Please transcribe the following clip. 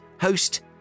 host